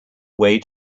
way